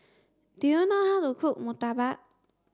do you know how to cook Murtabak